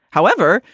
however,